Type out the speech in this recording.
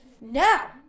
Now